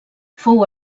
fou